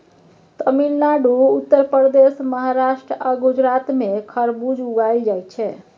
तमिलनाडु, उत्तर प्रदेश, महाराष्ट्र आ गुजरात मे खरबुज उगाएल जाइ छै